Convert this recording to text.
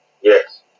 Yes